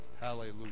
hallelujah